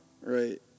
right